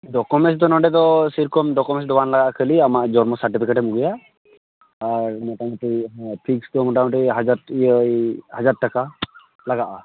documents ᱫᱚ ᱱᱚᱸᱰᱮ ᱫᱚ ᱥᱮ ᱨᱚᱠᱚᱢ ᱰᱚᱠᱩᱢᱮᱱᱥ ᱫᱚ ᱵᱟᱝ ᱞᱟᱜᱟᱜᱼᱟ ᱠᱷᱟᱹᱞᱤ ᱟᱢᱟᱜ ᱡᱚᱱᱢᱚ ᱥᱟᱨᱴᱤᱯᱷᱤᱠᱮᱴᱮᱢ ᱟᱹᱜᱩᱭᱟ ᱟᱨ ᱢᱚᱴᱟᱢᱩᱴᱤ ᱟᱢᱟᱜ ᱯᱷᱤᱥ ᱫᱚ ᱢᱚᱴᱟᱢᱩᱴᱤ ᱦᱟᱡᱟᱨ ᱤᱭᱟᱹ ᱦᱟᱡᱟᱨ ᱴᱟᱠᱟ ᱞᱟᱜᱟᱜᱼᱟ